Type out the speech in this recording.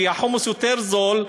כי החומוס יותר זול,